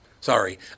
Sorry